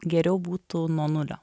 geriau būtų nuo nulio